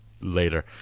later